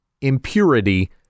impurity